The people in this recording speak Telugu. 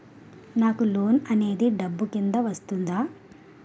నాకు లోన్ అనేది డబ్బు కిందా వస్తుందా?